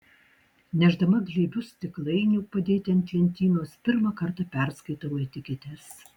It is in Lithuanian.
nešdama glėbius stiklainių padėti ant lentynos pirmą kartą perskaitau etiketes